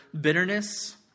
bitterness